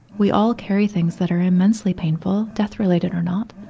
we all carry things that are immensely painful, death-related or not.